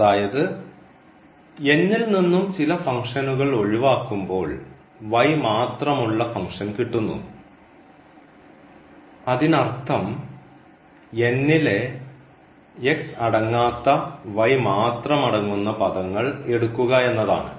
അതായത് ൽ നിന്നും ചില ഫംഗ്ഷനുകൾ ഒഴിവാക്കുമ്പോൾ മാത്രമുള്ള ഫംഗ്ഷൻ കിട്ടുന്നു അതിനർത്ഥം ലെ അടങ്ങാത്ത മാത്രമടങ്ങുന്ന പദങ്ങൾ എടുക്കുക എന്നാണ്